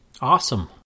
Awesome